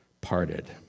parted